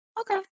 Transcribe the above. Okay